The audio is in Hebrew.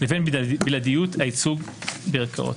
לבין בלעדיות הייצוג בערכאות.